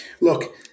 Look